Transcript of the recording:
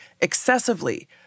excessively